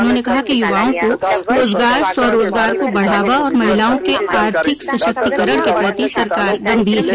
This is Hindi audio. उन्होंने कहा कि युवाओं को रोजगार स्वरोजगार को बढ़ावा और महिलाओं के आर्थिक सशक्तीकरण के प्रति सरकार गंभीर हैं